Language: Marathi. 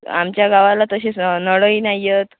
आमच्या गावाला तसेच नळंही नाही येत